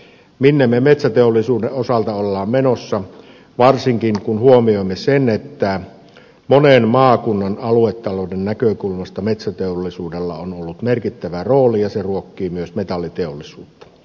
minne me metsäteollisuuden osalta olemme menossa varsinkin kun huomioimme sen että monen maakunnan aluetalouden näkökulmasta metsäteollisuudella on ollut merkittävä rooli ja se ruokkii myös metalliteollisuutta